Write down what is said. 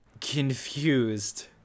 confused